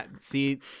See